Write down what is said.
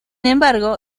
embargo